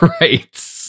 right